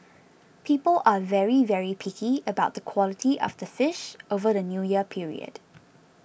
people are very very picky about the quality of the fish over the New Year period